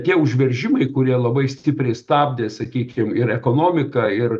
tie užveržimai kurie labai stipriai stabdė sakykim ir ekonomiką ir